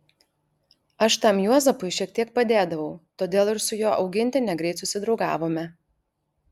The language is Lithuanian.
aš tam juozapui šiek tiek padėdavau todėl ir su jo augintine greit susidraugavome